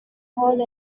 hall